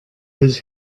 his